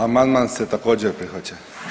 Amandman se također prihvaća.